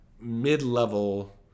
mid-level